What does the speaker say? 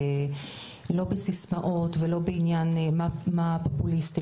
לא בסיסמאות ולא בעניין מה פופוליסטי.